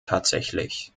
tatsächlich